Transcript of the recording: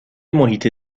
محیط